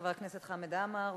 חבר הכנסת חמד עמאר,